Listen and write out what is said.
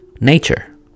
nature